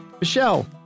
Michelle